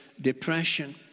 depression